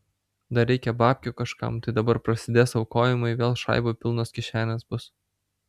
dar reikia babkių kažkam tai dabar prasidės aukojimai vėl šaibų pilnos kišenės bus